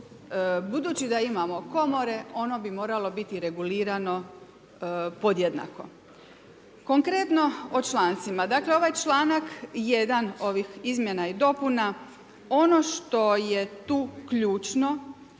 Budući da imamo komore ono bi moralo biti regulirano podjednako. Konkretno o člancima. Dakle ovaj članak 1. ovih izmjena i dopunama ono što je tu ključno